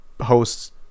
hosts